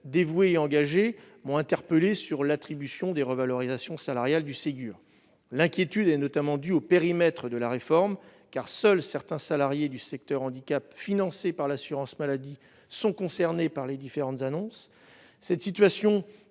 dévoués m'ont interpellé sur l'attribution des revalorisations salariales du Ségur, l'inquiétude est notamment due au périmètre de la réforme car seuls certains salariés du secteur handicap financé par l'assurance maladie, sont concernés par les différentes annonces, cette situation